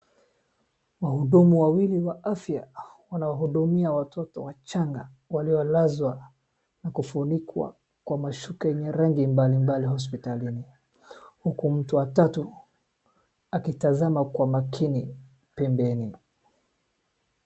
Wahudumu wawili wa afya wanawahudumia watoto wachanga waliolazwa na kufunikwa kwa mashuka yenye rangi mbalimbali hospitalini huku mtu wa tatu akitazama kwa makini pembeni.